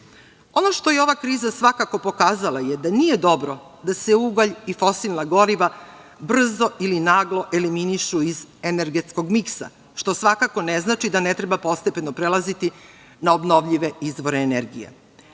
što je ova kriza svakako pokazala je da nije dobro da se ugalj i fosilna goriva brzo ili naglo eliminišu iz energetskog miksa, što svakako ne znači da ne treba postepeno prelaziti na obnovljive izvore